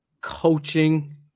coaching